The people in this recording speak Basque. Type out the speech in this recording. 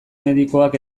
medikoak